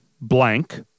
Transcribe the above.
blank